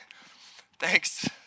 Thanks